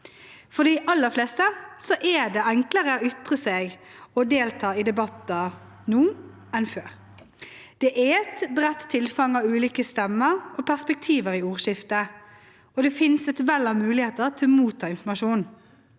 For de aller fleste er det enklere å ytre seg og delta i debatter nå enn før. Det er et bredt tilfang av ulike stemmer og perspektiver i ordskiftet, og det finnes et vell av muligheter til å motta informasjon.